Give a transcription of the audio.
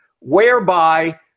whereby